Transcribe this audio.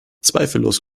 zweifellos